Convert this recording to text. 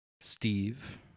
Steve